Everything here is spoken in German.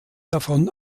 davon